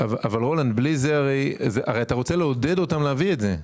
אתה הרי רוצה לעודד אותם להביא את זה.